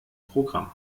programm